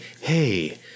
hey